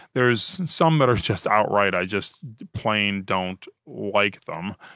there's some that are just outright, i just plain don't like them.